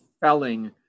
felling